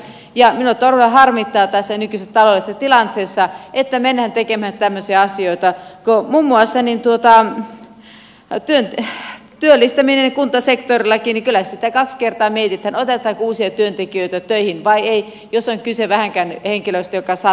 minua todella harmittaa tässä nykyisessä taloudellisessa tilanteessa että mennään tekemään tämmöisiä asioita kun muun muassa työllistäminen kuntasektorillakin on sitä että kyllä sitä kaksi kertaa mietitään otetaanko uusia työntekijöitä töihin vai ei jos on vähänkään kyse henkilöstä joka saattaa vaikka sairastua